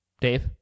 Dave